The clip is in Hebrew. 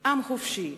עם חופשי,